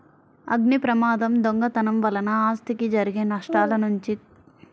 అగ్నిప్రమాదం, దొంగతనం వలన ఆస్తికి జరిగే నష్టాల నుంచి కాపాడేది ప్రాపర్టీ ఇన్సూరెన్స్